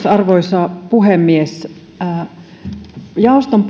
arvoisa puhemies jaoston